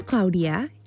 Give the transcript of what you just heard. Claudia